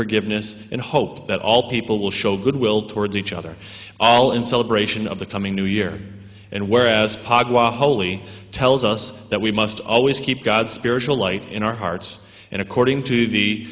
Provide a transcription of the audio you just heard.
forgiveness and hope that all people will show goodwill towards each other all in celebration of the coming new year and whereas pod while holy tells us that we must always keep god spiritual light in our hearts and according to the